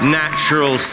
natural